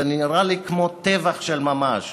זה נראה לי כמו טבח של ממש.